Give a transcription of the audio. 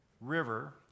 River